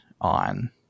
on